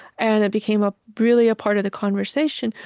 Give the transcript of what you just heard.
and it became ah really a part of the conversation.